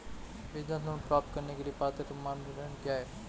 Business loan प्राप्त करने के लिए पात्रता मानदंड क्या हैं?